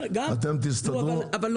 אתם תסתדרו עם זה.